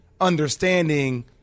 understanding